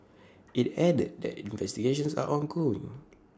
IT added that investigations are ongoing